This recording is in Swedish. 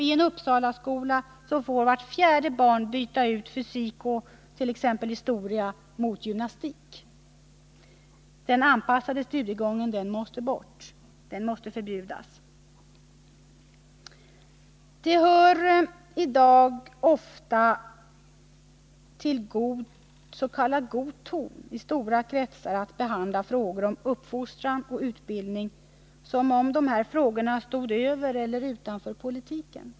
I en Uppsalaskola får vart fjärde barn byta ut t.ex. fysik och historia mot gymnastik. Den anpassade studiegången måste bort. Den måste förbjudas. I dag hör det ofta till s.k. god ton i stora kretsar att behandla frågor om | uppfostran och utbildning som om dessa frågor stod över eller utanför politiken.